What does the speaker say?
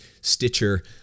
stitcher